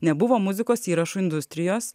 nebuvo muzikos įrašų industrijos